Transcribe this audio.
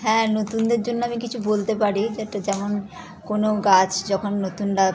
হ্যাঁ নতুনদের জন্য আমি কিছু বলতে পারি যেটা যেমন কোনো গাছ যখন নতুন লা